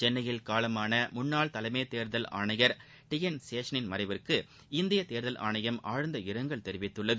சென்னையில் காலமான முன்னாள் தலைமைத் தேர்தல் ஆனையர் டி என் சேஷனின் மறைவிற்கு இந்திய தேர்தல் ஆணையம் ஆழ்ந்த இரங்கல் தெரிவித்துள்ளது